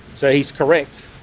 so he's correct,